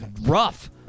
rough